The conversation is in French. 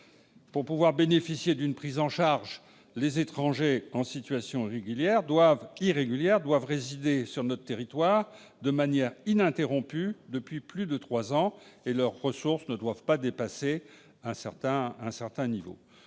Pour pouvoir bénéficier d'une prise en charge, les étrangers en situation irrégulière doivent résider sur notre territoire « de manière ininterrompue depuis plus de trois ans », et leurs ressources ne doivent pas dépasser un certain seuil.